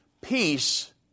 Peace